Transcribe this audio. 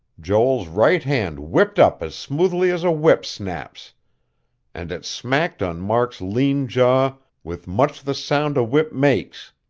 joel's right hand whipped up as smoothly as a whip snaps and it smacked on mark's lean jaw with much the sound a whip makes.